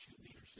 leadership